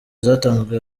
zatanzwe